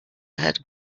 had